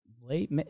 late